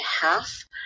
half